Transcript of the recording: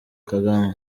kagame